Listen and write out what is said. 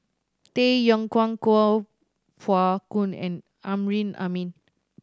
Tay Yong Kwang Kuo Pao Kun and Amrin Amin